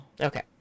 okay